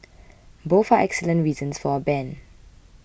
both are excellent reasons for a ban